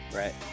right